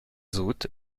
hôtes